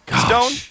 Stone